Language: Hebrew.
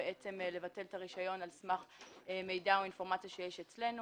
לבטל את הרישיון על סמך מידע או אינפורמציה שיש אצלנו.